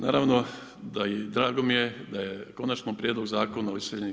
Naravno i drago mi je da je Konačni prijedlog zakona o iseljenim